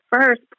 first